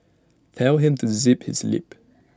tell him to zip his lip